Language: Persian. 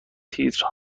تیتر